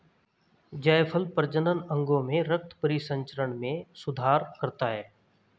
जायफल प्रजनन अंगों में रक्त परिसंचरण में सुधार करता है